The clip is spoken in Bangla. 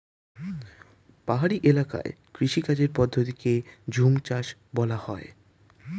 পাহাড়ি এলাকার কৃষিকাজের পদ্ধতিকে ঝুমচাষ বলা হয়